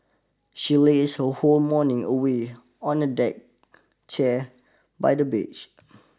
she lazed her whole morning away on a deck chair by the beach